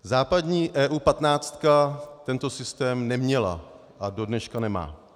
Západní EU patnáctka tento systém neměla a dodneška nemá.